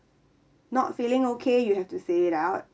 not feeling okay you have to say it out